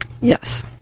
Yes